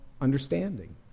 understanding